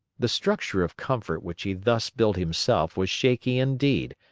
the structure of comfort which he thus built himself was shaky indeed,